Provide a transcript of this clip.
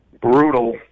brutal